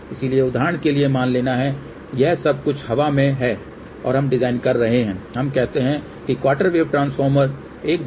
इसलिए उदाहरण के लिए मान लेना है यह सब कुछ हवा में है और हम डिजाइन कर रहे हैं हम कहते हैं कि क्वार्टर वेव ट्रांसफॉर्मर 1 GHz